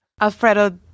Alfredo